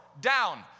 Down